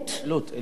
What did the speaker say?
עילוט, עילוט.